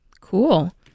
Cool